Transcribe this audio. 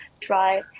try